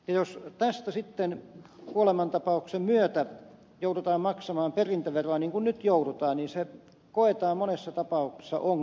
jos tästä sitten kuolemantapauksen myötä joudutaan maksamaan perintöveroa niin kuin nyt joudutaan niin se koetaan monessa tapauksessa ongelmaksi